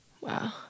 Wow